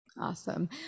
awesome